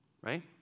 right